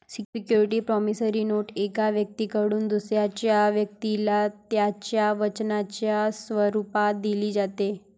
security promissory note एका व्यक्तीकडून दुसऱ्या व्यक्तीला त्याच्या वचनाच्या स्वरूपात दिली जाते